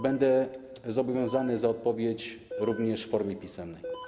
Będę zobowiązany za odpowiedź również w formie pisemnej.